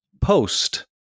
post